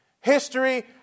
history